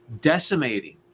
decimating